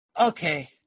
okay